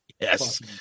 Yes